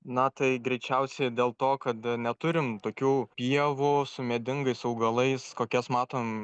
na tai greičiausiai dėl to kad neturim tokių pievų su medingais augalais kokias matom